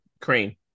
Crane